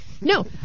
No